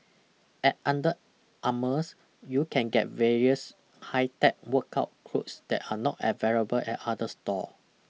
at Under Armour you can get various high tech workout clothes that are not available at other store